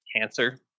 cancer